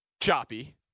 choppy